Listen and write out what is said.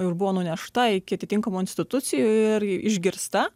ir buvo nunešta iki atitinkamų institucijų ir išgirsta